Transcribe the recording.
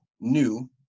new